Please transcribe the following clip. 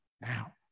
now